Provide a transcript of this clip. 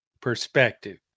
perspective